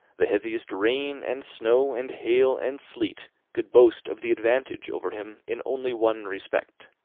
the heaviest rain, and snow, and hail, and sleet, could boast of the advantage over him in only one respect.